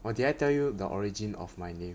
oh did I tell you the origin of my name